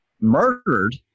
murdered